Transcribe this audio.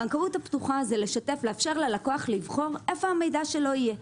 הבנקאות הפתוחה זה לאפשר ללקוח לבחור היכן המידע שלו יהיה.